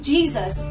Jesus